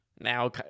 Now